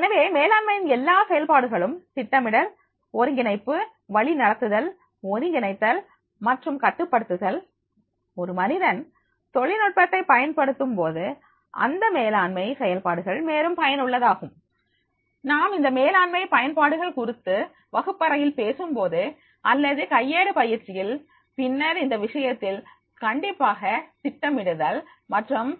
எனவே மேலாண்மையின் எல்லா செயல்பாடுகளும் திட்டமிடல் ஒருங்கிணைப்பு வழிநடத்துதல் ஒருங்கிணைத்தல் மற்றும் கட்டுப்படுத்துதல் ஒரு மனிதன் தொழில்நுட்பத்தை பயன்படுத்தும் போது இந்த மேலாண்மை செயல்பாடுகள் மேலும் பயனுள்ளதாகும் நாம் இந்த மேலாண்மை பயன்பாடுகள் குறித்து வகுப்பறையில் பேசும்போது அல்லது கையேடு பயிற்சியில் பின்னர் இந்த விஷயத்தில் கண்டிப்பாக திட்டமிடுதல் மற்றும்